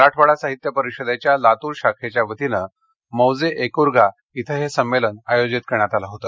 मराठवाडा साहित्य परिषदेच्या लातूर शाखेच्या वतीनं मौजे एक्रगा इथं हे संमेलन आयोजित करण्यात आल होत